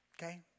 okay